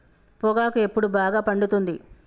పొగాకు ఎప్పుడు బాగా పండుతుంది?